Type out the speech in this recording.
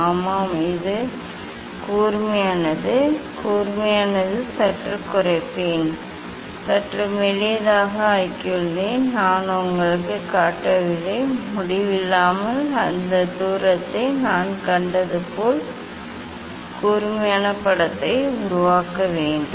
ஆமாம் அது கூர்மையானது நான் சற்று குறைப்பேன் அதை சற்று மெல்லியதாக ஆக்கியுள்ளேன் நான் உங்களுக்குக் காட்டவில்லை ஆனால் முடிவில்லாமல் அந்த தூரத்தை நான் கண்டது போல் கூர்மையான படத்தை உருவாக்க வேண்டும்